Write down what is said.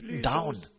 down